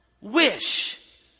wish